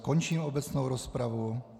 Končím obecnou rozpravu.